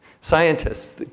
scientists